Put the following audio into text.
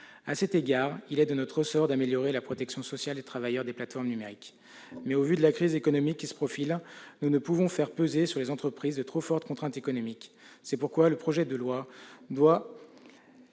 À cet égard, il est de notre ressort d'améliorer la protection sociale des travailleurs des plateformes numériques. Au vu de la crise économique qui se profile, nous ne pouvons toutefois faire peser sur les entreprises de trop fortes contraintes économiques. C'est pourquoi la proposition de loi doit